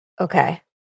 okay